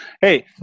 Hey